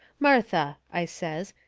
martha, i says,